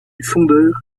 fondeur